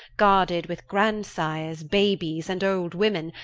guarded with grandsires, babyes, and old women,